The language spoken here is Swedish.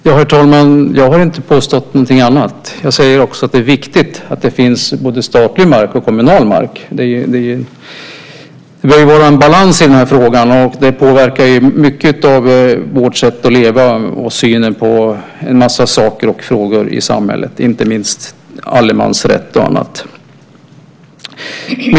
Herr talman! Jag har inte påstått något annat. Jag säger också att det är viktigt att det finns både statlig och kommunal mark. Det bör vara en balans i den här frågan. Det påverkar mycket av vårt sätt att leva och synen på en massa saker och frågor i samhället, inte minst allemansrätten.